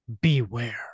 Beware